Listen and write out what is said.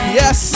yes